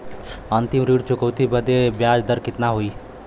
अंतिम ऋण चुकौती बदे ब्याज दर कितना होई?